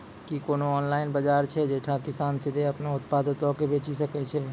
कि कोनो ऑनलाइन बजार छै जैठां किसान सीधे अपनो उत्पादो के बेची सकै छै?